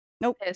Nope